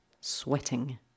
sweating